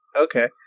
okay